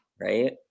right